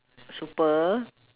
super